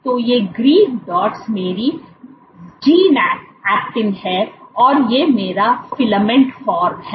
तो ये green dots मेरी जी ऐक्टिन हैं और यह मेरा फिलामेंट फॉर्म है